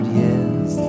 years